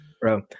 Bro